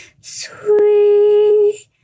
Sweet